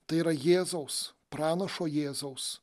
tai yra jėzaus pranašo jėzaus